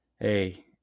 Hey